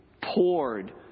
poured